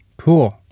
Cool